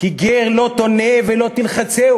כי "גר לא תונה ולא תלחצנו